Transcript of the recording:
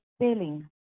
sailing